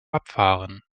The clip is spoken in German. abfahren